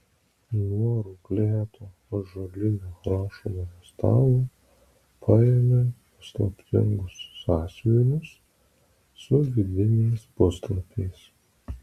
nuo rauplėto ąžuolinio rašomojo stalo paėmė paslaptingus sąsiuvinius su vidiniais puslapiais